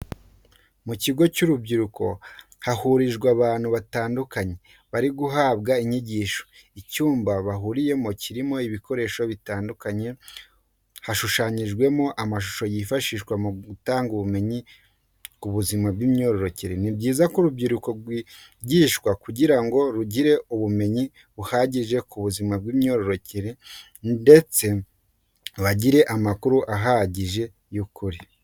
Mu kigo cy'urubyiruko hahurijwe abantu batandukanye bari guhabwa inyigisho, icyumba bahuriyemo kirimo ibikoresho bitandukanye, hushushanyijemo n'amashusho yifashihwa mu gutanga ubumenyi ku buzima bw'imyororokere. Ni byiza ko urubyiruko rwigishwa kugira ngo rugire ubumenyi buhagije ku buzima bw'imyororokere ndetse bagire amakuru ahagije kandi y'ukuri.